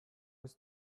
was